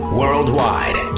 worldwide